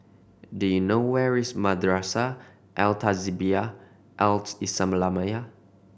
do you know where is Madrasah Al Tahzibiah Al Islamiah